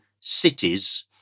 cities